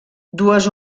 dues